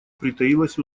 притаилась